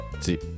See